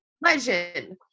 legend